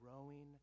growing